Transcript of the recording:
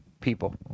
people